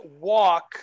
walk